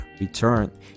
return